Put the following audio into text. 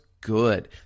good